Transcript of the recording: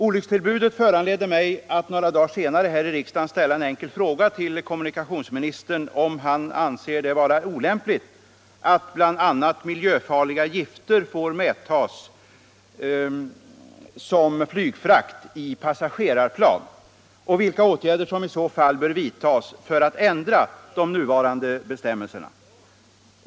Olyckstillbudet föranledde mig att några dagar senare här i riksdagen ställa en enkel fråga till kommunikationsministern, om han ansåg det vara olämpligt att bl.a. miljöfarliga gifter får medtagas som flygfrakt i passagerarplan och vilka åtgärder som i så fall bör vidtagas för att ändra de nuvarande bestämmelserna.